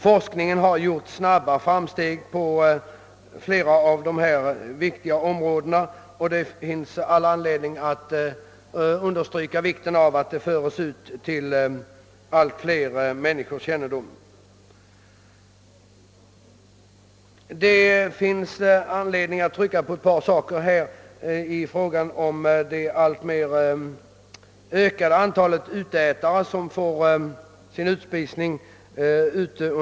Forskningen har gjort snabba framsteg på flera viktiga områden, och det finns all anledning understryka vikten av att allt fler människor får kännedom om dessa. Antalet uteätare ökar för varje år.